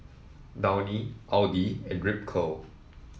Downy Audi and Ripcurl